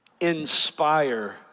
inspire